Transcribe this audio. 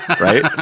Right